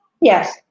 Yes